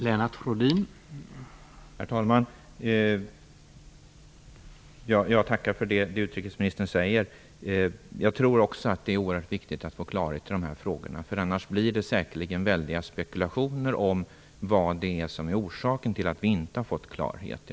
Herr talman! Jag tackar för det utrikesministern säger. Jag tror också att det är oerhört viktigt att få klarhet i de här frågorna. Annars blir det säkerligen väldiga spekulationer om vad som är orsaken till att vi inte har fått klarhet.